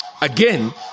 Again